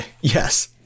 yes